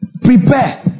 Prepare